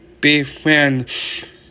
befriends